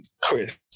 Chris